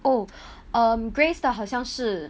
oh um grace 的好像是